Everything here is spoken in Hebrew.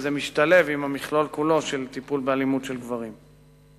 וזה משתלב במכלול של הטיפול באלימות של גברים.